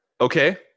okay